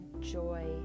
joy